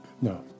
no